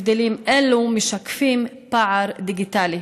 הבדלים אלו משקפים פער דיגיטלי.